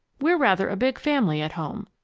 we're rather a big family at home,